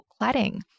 cladding